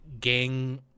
gang